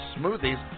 smoothies